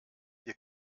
wir